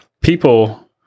people